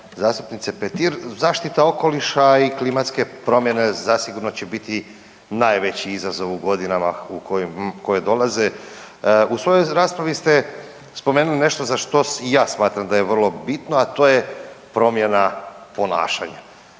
zastupnice Petir. Zaštita okoliša i klimatske promjene zasigurno će biti najveći izazov u godinama koje dolaze. U svojoj raspravi ste spomenuli nešto za što i ja smatram da je vrlo bitno, a to je promjena ponašanja.